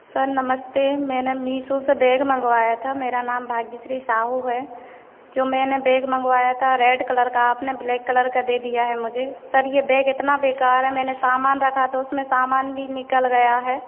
sir नमस्ते मैंने मिसों से बेग मंगवाया था मेरा नाम भाग्यश्री साहू है जो मैंने बेग मंगवाया था रेड कलर का आपने ब्लैक कलर का दे दिया है मुझे सर ये बैग इतना बेकार है मैंने सामान रखा तो उसमें सामान भी निकल गया है